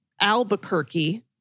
Albuquerque